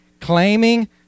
Claiming